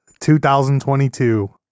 2022